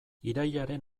irailaren